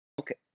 Okay